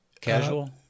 casual